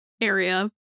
area